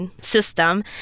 system